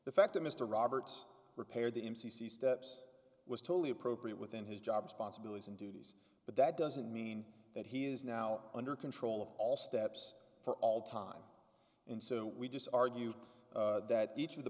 the fact that mr roberts repaired the m c c steps was totally appropriate within his job's possibilities and duties but that doesn't mean that he is now under control of all steps for all time and so we just argue that each of the